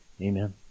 Amen